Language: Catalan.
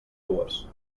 dues